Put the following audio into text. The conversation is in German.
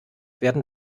werden